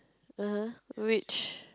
(uh huh) which